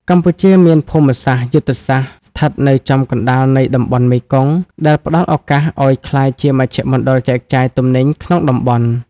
កម្ពុជាមានភូមិសាស្ត្រយុទ្ធសាស្ត្រស្ថិតនៅចំកណ្ដាលនៃតំបន់មេគង្គ ដែលផ្ដល់ឱកាសឱ្យក្លាយជាមជ្ឈមណ្ឌលចែកចាយទំនិញក្នុងតំបន់។